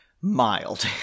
mild